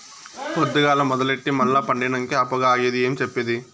పొద్దుగాల మొదలెట్టి మల్ల పండినంకే ఆ పొగ ఆగేది ఏం చెప్పేది